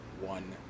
one